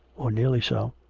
or nearly so.